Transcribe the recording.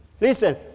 Listen